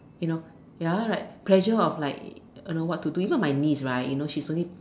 you know another right pressure of like uh you know what to do even my niece right you know she's only